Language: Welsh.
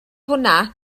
hwnna